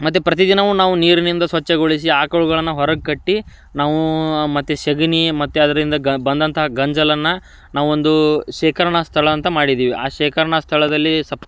ಮತ್ತು ಪ್ರತಿದಿನವೂ ನಾವು ನೀರಿನಿಂದ ಸ್ವಚ್ಛಗೊಳಿಸಿ ಆಕಳುಗಳನ್ನು ಹೊರಗೆ ಕಟ್ಟಿ ನಾವು ಮತ್ತು ಸಗಣಿ ಮತ್ತು ಅದರಿಂದ ಗ ಬಂದಂತಹ ಗಂಜಲನ್ನು ನಾವೊಂದು ಶೇಕರ್ಣಾ ಸ್ಥಳ ಅಂತ ಮಾಡಿದ್ದೀವಿ ಆ ಶೇಕರ್ಣಾ ಸ್ಥಳದಲ್ಲಿ ಸೊಪ್ಪು